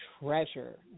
treasure